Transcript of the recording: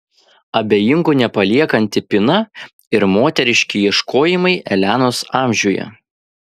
abejingų nepaliekanti pina ir moteriški ieškojimai elenos amžiuje